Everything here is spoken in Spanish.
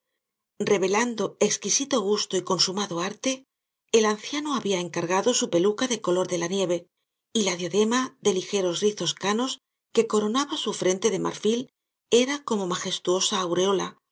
revelando exquisito gusto y consumado arte el anciano había encargado su peluca del color de la nieve y la diadema de ligeros rizos canos que coronaba su frente de marfil era como majestuosa aureola bien